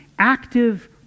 active